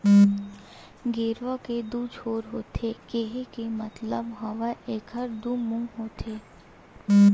गेरवा के दू छोर होथे केहे के मतलब हवय एखर दू मुहूँ होथे